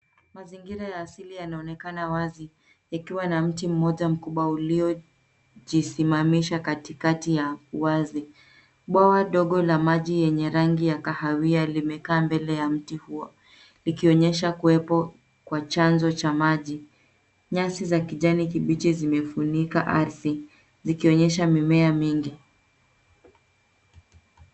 Mazingira ya asili yanaonekana wazi yakiwa na mti mmoja mkubwa uliojisimamisha katikati ya uwazi. Bwawa ndogo la maji yenye rangi ya kahawia limekaa mbele ya mti huo likionyesha kuwepo kwa chanzo cha maji. Nyasi za kijani kibichi zimefunika ardhi zikionyesha mimea mingi.